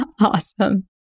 Awesome